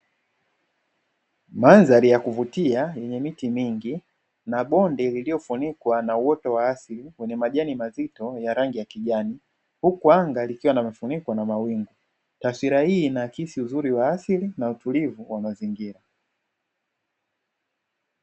Mandhari ya kuvutia yenye miti mingi na bonde lililofunikwa na uoto wa asili wenye majani mazito ya rangi ya kijani, huku anga likiwa limefunikwa na mawingu, taswira hii inaakisi uzuri wa asili na utulivu wa mazingira.